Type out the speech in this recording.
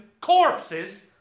corpses